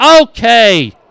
Okay